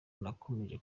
nakomeje